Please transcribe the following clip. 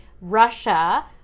Russia